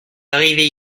arrivés